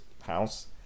house